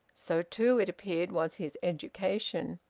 so too, it appeared, was his education.